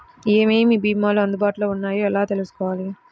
ఏమేమి భీమాలు అందుబాటులో వున్నాయో ఎలా తెలుసుకోవాలి?